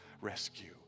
rescue